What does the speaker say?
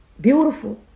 beautiful